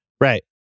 Right